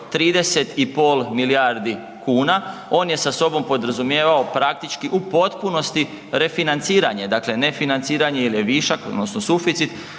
30,5 milijardi kuna, on je sa sobom podrazumijevao praktički u potpunosti refinanciranje, dakle, ne financiranje jer je višak odnosno suficit,